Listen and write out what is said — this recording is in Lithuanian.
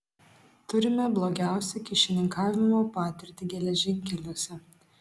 turime blogiausią kyšininkavimo patirtį geležinkeliuose